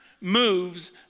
moves